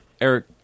Eric